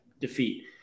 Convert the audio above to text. defeat